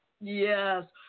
Yes